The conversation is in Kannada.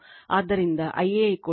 ಆದ್ದರಿಂದ Ia VAN Z A